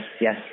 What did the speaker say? yes